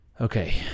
Okay